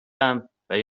ام، ولی